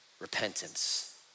repentance